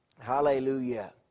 Hallelujah